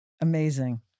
Amazing